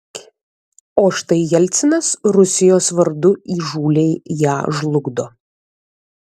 o štai jelcinas rusijos vardu įžūliai ją žlugdo